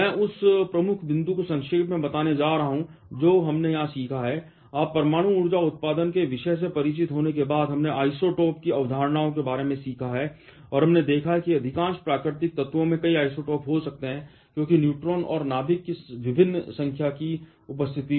मैं उस प्रमुख बिंदु को संक्षेप में बताने जा रहा हूं जो हमने यहां सीखा है आप परमाणु ऊर्जा उत्पादन के विषय से परिचित होने के बाद हमने आइसोटोप की अवधारणाओं के बारे में सीखा है और हमने देखा है कि अधिकांश प्राकृतिक तत्वों में कई आइसोटोप हो सकते हैं क्योंकि न्यूट्रॉन और नाभिक की विभिन्न संख्या की उपस्थिति